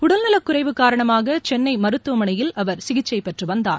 உடல் நலக்குறைவு காரணமாக சென்னை மருத்துவனையில் அவர் சிகிச்சை பெற்று வந்தார்